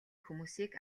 хүмүүсийг